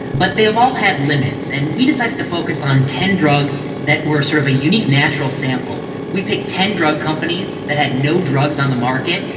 but they have all had limits. and we decided to focus on ten drugs that were sort of a unique natural sample. we picked ten drug companies that had no drugs on the market,